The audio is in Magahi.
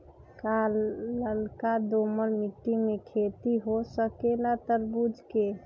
का लालका दोमर मिट्टी में खेती हो सकेला तरबूज के?